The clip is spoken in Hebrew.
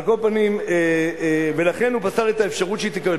על כל פנים, "לכן הוא פסל את האפשרות שהיא תקבל.